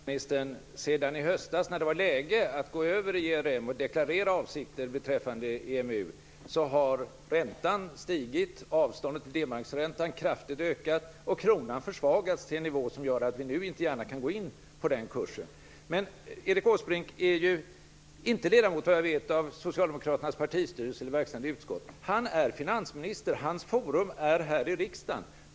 Fru talman! Finansministern! Sedan i höstas, när det var läge att gå över i ERM och deklarera avsikter beträffande EMU, har räntan stigit, avståndet till D marksräntan kraftigt ökat och kronan försvagats till en nivå som gör att vi nu inte gärna kan slå in på den kursen. Vad jag vet är Erik Åsbrink inte ledamot av Socialdemokraternas partistyrelse eller verkställande utskott. Han är finansminister. Hans forum är här i riksdagen.